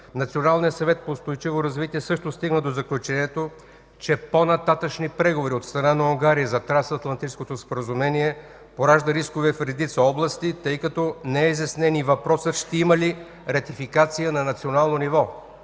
Националният съвет за устойчиво развитие също стигна до заключението, че по-нататъшни преговори от страна на Унгария за Трансатлантическото споразумение пораждат рискове в редица области, тъй като не е изяснен и въпросът: ще има ли ратификация на национално ниво?